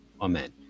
amen